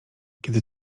kiedy